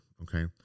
okay